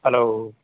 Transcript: hello